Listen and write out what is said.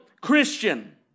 Christian